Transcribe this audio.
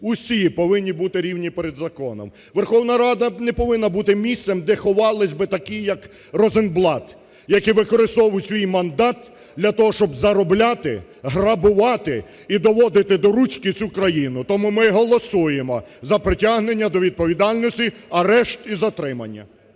Усі повинні бути рівні перед законом, Верховна Рада не повинна бути місцем, де ховались би такі як Розенблат, які використовують свій мандат для того, щоб заробляти, грабувати і "доводити до ручки" цю країну. Тому ми голосуємо за притягнення до відповідальності, арешт і затримання.